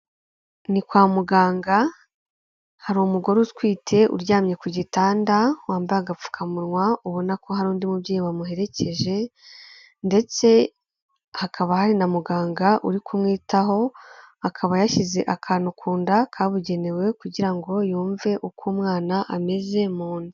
Ni kwa muganga hari umugore utwite uryamye ku gitanda, wambaye agapfukamunwa ubona ko hari undi mubyeyi wamuherekeje, ndetse hakaba hari na muganga uri kumwitaho, akaba yashyize akantu ku nda kabugenewe kugira ngo yumve uko umwana ameze mu nda.